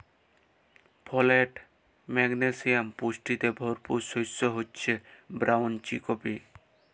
folate, magnesium পুষ্টিতে ভরপুর শস্য হচ্যে ব্রাউল চিকপি